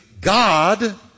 God